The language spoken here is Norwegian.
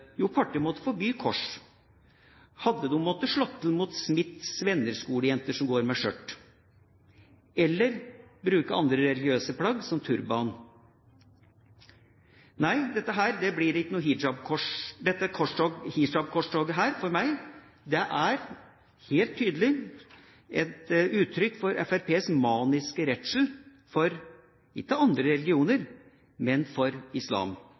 jo partiet måttet forby kors, måttet slå ned mot Smiths Venner-skolejenter som går med skjørt, eller på andre som bruker andre religiøse plagg, som turban. Dette hijabkorstoget er for meg helt tydelig et uttrykk for Fremskrittspartiets maniske redsel, ikke for andre religioner, men for islam.